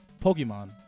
Pokemon